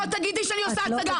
לא תגידי שאני עושה הצגה.